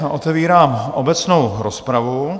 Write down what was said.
Otevírám obecnou rozpravu.